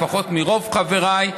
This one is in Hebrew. לפחות מרוב חבריי,